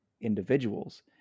individuals